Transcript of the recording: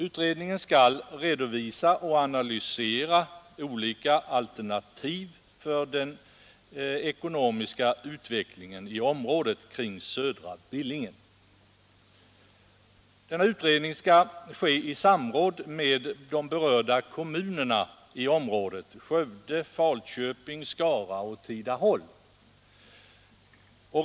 Utredningen skall redovisa och analysera olika alternativ för den ekonomiska utvecklingen i området kring södra Billingen, och det skall ske i samråd med de berörda kommunerna i området — Skövde, Falköping, Skara och Tidaholm.